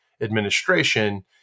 administration